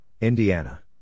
Indiana